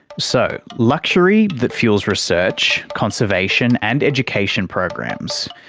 so, luxury that fuels research, conservation and education programs.